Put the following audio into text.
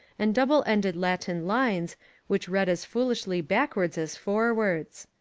and double-ended latin lines which read as foolishly backwards as for wards.